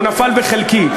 הוא נפל בחלקי.